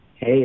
Hey